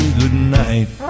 goodnight